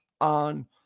on